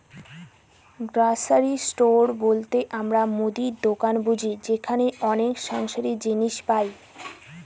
grocery store বলতে আমরা মুদির দোকান বুঝি যেখানে অনেক সংসারের জিনিস পাই